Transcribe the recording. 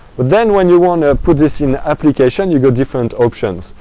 but then when you want to put this in application, you got different options.